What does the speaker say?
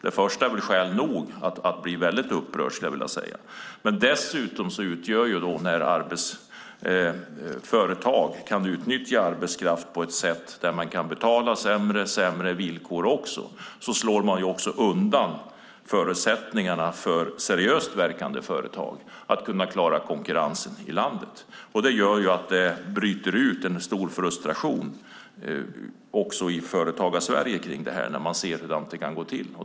Det första är skäl nog att bli upprörd över. Men här får företag tillfälle att utnyttja arbetskraft genom att betala sämre och ge sämre villkor, och det slår undan förutsättningarna för seriöst verkande företag att klara konkurrensen i landet. Då bryter en stor frustration ut också i Företagarsverige.